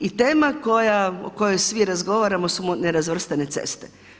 I tema o kojoj svi razgovaramo su nerazvrstane ceste.